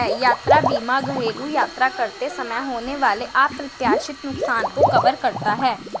यात्रा बीमा घरेलू यात्रा करते समय होने वाले अप्रत्याशित नुकसान को कवर करता है